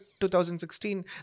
2016